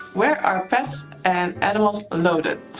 where are pets and animals loaded?